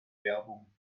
werbung